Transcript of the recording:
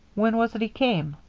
when was it he came?